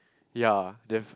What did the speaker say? ya they have